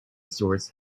source